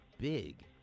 big